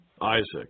Isaac